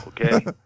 Okay